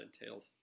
entails